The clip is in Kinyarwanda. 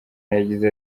yagize